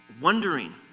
wondering